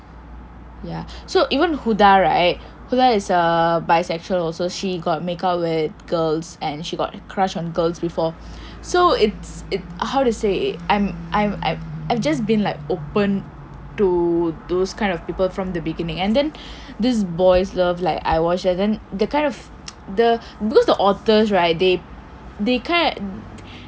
so even huda right huda is a bisexual also she got make out with girls and she got crush on girls before so it's it's how to say I'm I've I've I've just been like open to those kind of people from the beginning and then this boy's love like I watched the kind of because the authors right they they kind